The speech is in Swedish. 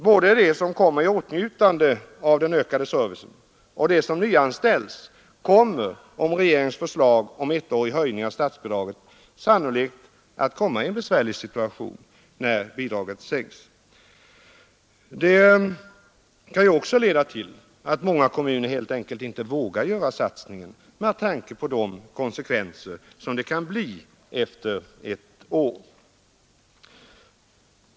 Både de som kommer i åtnjutande av den ökade servicen och de som nyanställs kommer, om regeringens förslag om en ettårig höjning av statsbidragen går igenom, sannolikt i en svår situation när bidragen sänks. Det kan också leda till att många kommuner helt enkelt inte vågar göra satsningen med tanke på de konsekvenser som det kan medföra efter ett år.